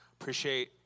Appreciate